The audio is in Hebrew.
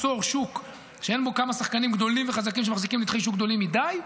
שוק שאין בו כמה שחקנים גדולים וחזקים שמחזיקים נתחי שוק גדולים מדי.